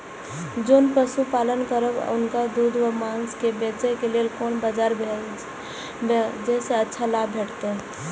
जोन पशु पालन करब उनकर दूध व माँस के बेचे के लेल कोन बाजार भेजला सँ अच्छा लाभ भेटैत?